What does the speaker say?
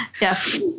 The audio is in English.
Yes